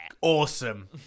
Awesome